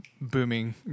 booming